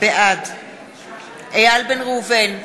בעד איל בן ראובן,